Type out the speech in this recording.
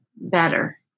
better